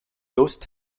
ghost